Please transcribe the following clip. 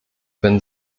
wenn